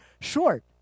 short